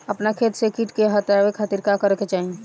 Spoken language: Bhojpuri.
अपना खेत से कीट के हतावे खातिर का करे के चाही?